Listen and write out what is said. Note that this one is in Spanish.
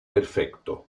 perfecto